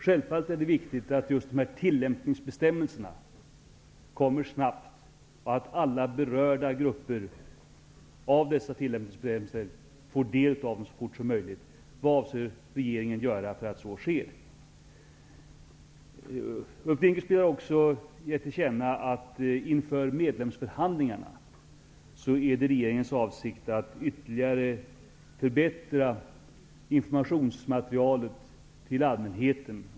Självfallet är det viktigt att tillämpningsbestämmelserna kommer ut snart så att alla berörda grupper får ta del av dem så fort som möjligt. Vad avser regeringen göra för att så sker? Ulf Dinkelspiel har också gett till känna att det inför medlemskapsförhandlingarna är regeringens avsikt att ytterligare förbättra informationsmaterialet till allmänheten.